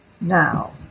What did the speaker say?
now